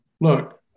look